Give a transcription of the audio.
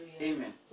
Amen